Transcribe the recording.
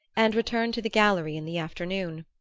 and returned to the gallery in the afternoon.